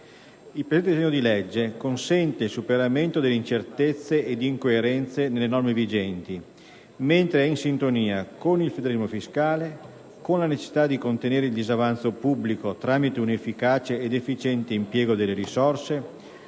Il presente disegno di legge consente il superamento di incertezze e di incoerenze nelle norme vigenti, mentre è in sintonia con il federalismo fiscale, con la necessità di contenere il disavanzo pubblico tramite un efficace ed efficiente impiego delle risorse